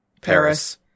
Paris